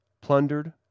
plundered